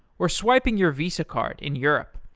or swiping your visa card in europe,